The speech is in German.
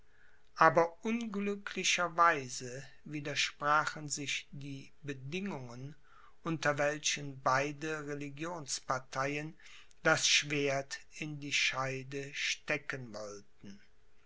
aber unglücklicherweise widersprachen sich die bedingungen unter welchen beide religionsparteien das schwert in die scheide stecken wollten